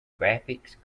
graphics